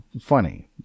funny